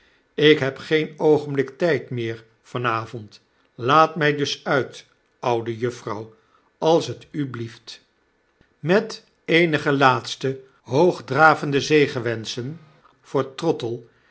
ik heb geen oogenblik tijd meer van avond laat my dus uit oude juffrouw als het u b'lieft met eenige laatste hoogdravende zegenwenschen voor trottle